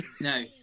No